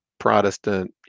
protestant